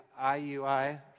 IUI